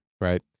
right